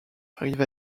arrive